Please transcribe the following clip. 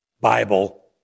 Bible